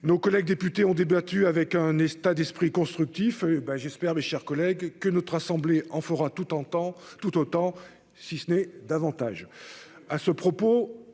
Nos collègues députés ont débattu dans un état d'esprit constructif. J'espère, mes chers collègues, que notre assemblée en fera tout autant, si ce n'est davantage